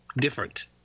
different